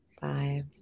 five